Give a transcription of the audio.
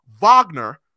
Wagner –